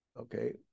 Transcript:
Okay